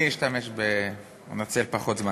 אני אנצל פחות זמן.